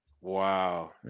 Wow